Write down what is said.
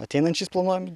ateinančiais planuojam